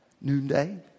noonday